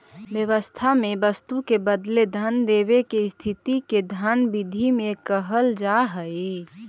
व्यवस्था में वस्तु के बदले धन देवे के स्थिति के धन विधि में कहल जा हई